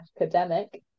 academic